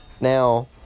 Now